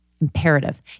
imperative